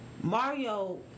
Mario